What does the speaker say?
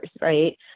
right